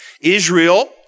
Israel